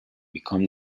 become